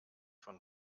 von